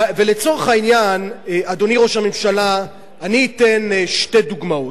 לצורך העניין, אדוני ראש הממשלה, אני אתן דוגמאות.